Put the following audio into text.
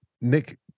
Nick